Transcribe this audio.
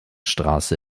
straße